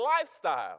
lifestyle